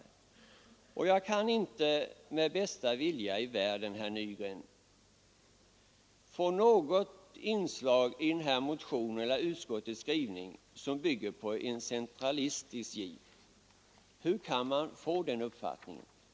Sedan, herr Nygren, kan jag inte med bästa vilja i världen hitta någonting i den aktuella motionen eller i utskottets skrivning som bygger på en centralistisk giv. Hur kan någon få den uppfattningen?